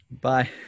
Bye